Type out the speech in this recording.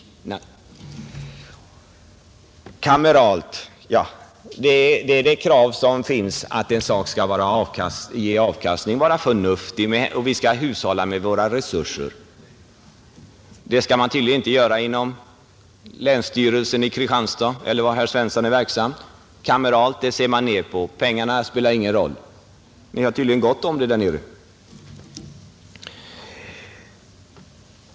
Vad det kamerala angår är det ett vanligt krav att en anläggning skall ge avkastning och att den skall vara förnuftig helt allmänt, samtidigt som vi hushållar med våra resurser. Men det skall man tydligen inte göra vid länsstyrelsen i Kristianstad — eller var det nu är som herr Svensson i Malmö är verksam. Han ser ner på det kamerala. Pengarna spelar ingen roll. Ni har tydligen gott om dem där nere!